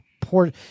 Poor